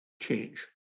change